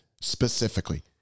specifically